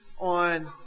on